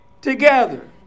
together